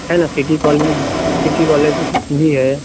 है ना city college city college भी है